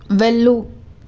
వెళ్ళు